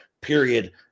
period